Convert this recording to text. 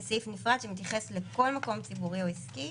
וסעיף נפרד שמתייחס לכל מקום ציבורי או עסקי